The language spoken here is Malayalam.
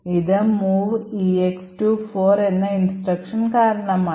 ഇത് mov EX to 4 എന്ന instruction കാരണമാണ്